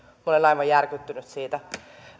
olen aivan järkyttynyt siitä